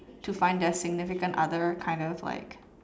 to find their significant other kind of like